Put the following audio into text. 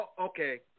Okay